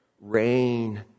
Rain